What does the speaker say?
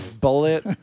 Bullet